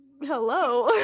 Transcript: hello